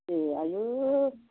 ए आयु